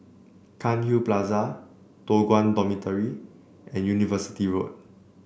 Cairnhill Plaza Toh Guan Dormitory and University Road